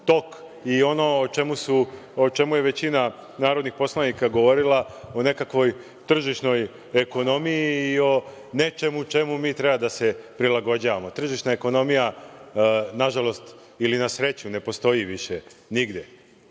tok i ono o čemu je većina narodnih poslanika govorila, o nekakvoj tržišnoj ekonomiji i o nečemu čemu mi treba da se prilagođavamo. Tržišna ekonomija, nažalost ili na sreću, ne postoji više nigde